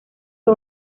fue